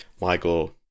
Michael